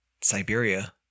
Siberia